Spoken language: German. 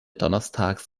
donnerstags